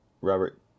Robert